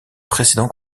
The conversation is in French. précédents